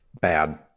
bad